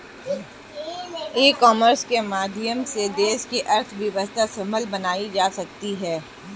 ई commerce के माध्यम से देश की अर्थव्यवस्था सबल बनाई जा सकती है